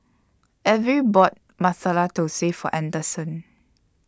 Elvie bought Masala Thosai For Anderson